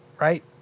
right